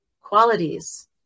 qualities